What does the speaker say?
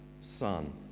Son